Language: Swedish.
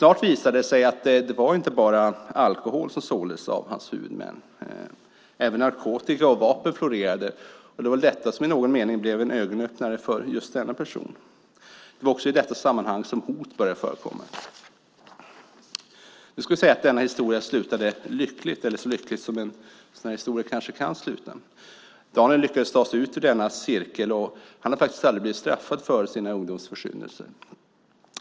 Snart visade det sig att det inte bara var alkohol som såldes av hans huvudmän. Även narkotika och vapen florerade. Det var detta som i någon mening blev en ögonöppnare för just denna person. Det var också i detta sammanhang som hot började förekomma. Det ska sägas att denna historia slutade lyckligt, eller så lyckligt som en sådan här historia kan sluta. Daniel lyckades ta sig ur cirkeln, och han har faktiskt aldrig blivit straffad för sina ungdomsförsyndelser.